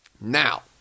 Now